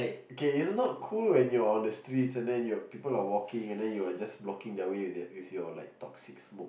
okay it's not cool when you are on streets and then you are people are walking and then you are just blocking their way with their with your like toxic smoke